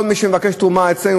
כל מי שמבקש תרומה אצלנו,